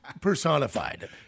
personified